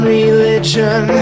religion